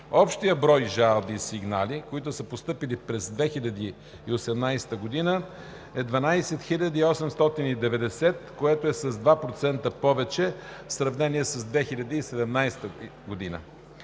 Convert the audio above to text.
Общият брой жалби и сигнали, които са постъпили през 2018 г. е 12 890, което е с 2% повече в сравнение с 2017 г.